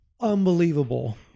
unbelievable